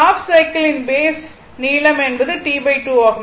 half சைக்கிளின் phase நீளம் என்பது T2 ஆகும்